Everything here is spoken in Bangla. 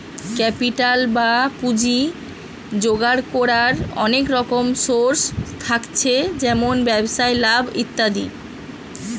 ক্যাপিটাল বা পুঁজি জোগাড় কোরার অনেক রকম সোর্স থাকছে যেমন ব্যবসায় লাভ ইত্যাদি